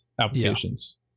applications